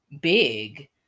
big